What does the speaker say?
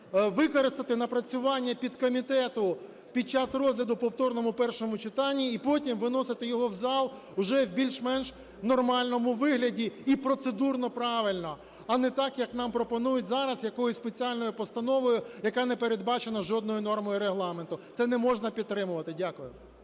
використати напрацювання підкомітету під час розгляду повторному у першому читанні і потім виносити його в зал уже в більш-менш нормальному вигляді і процедурно правильно. А не так, як нам пропонують зараз якоюсь спеціальною постановою, яка не передбачена жодною нормою Регламенту. Це не можна підтримувати. Дякую.